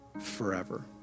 forever